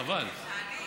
חבל, חבל.